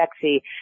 sexy